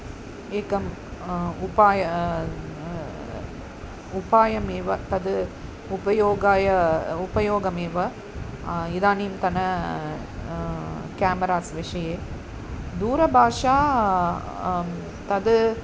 एकम् उपायः उपायः एव तद् उपयोगाय उपयोगमेव इदानीन्तन क्यामरास् विषये दूरभाषा तद्